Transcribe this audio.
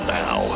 now